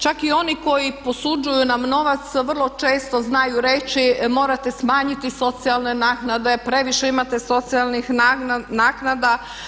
Čak i oni koji posuđuju nam novac vrlo često znaju reći, morate smanjiti socijalne naknade, previše imate socijalnih naknada.